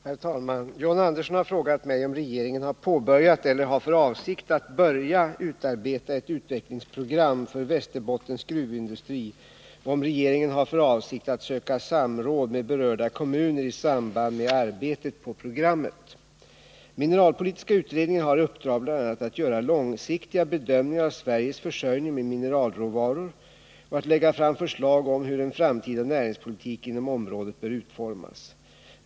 Herr talman! John Andersson har frågat mig om regeringen har påbörjat eller har för avsikt att börja utarbeta ett utvecklingsprogram för Västerbottens gruvindustri och om regeringen har för avsikt att söka samråd med berörda kommuner i samband med arbetet på programmet. Mineralpolitiska utredningen har i uppdrag bl.a. att göra långsiktiga bedömningar av Sveriges försörjning med mineralråvaror och att lägga fram förslag om hur en framtida näringspolitik inom området bör utformas.